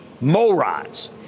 morons